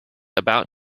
about